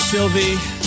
Sylvie